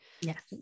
Yes